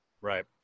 Right